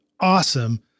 awesome